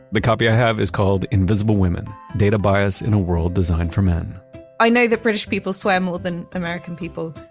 the copy i have is called invisible women data bias in a world designed for men i know that british people swear more than american people.